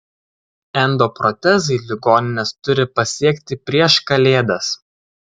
endoprotezai ligonines turi pasiekti prieš kalėdas